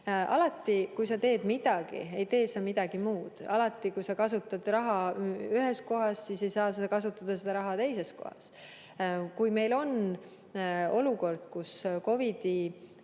Alati, kui sa teed midagi, siis sa midagi muud ei tee. Kui sa kasutad raha ühes kohas, siis ei saa sa kasutada seda raha teises kohas. Meil on olukord, kus COVID‑i